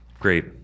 Great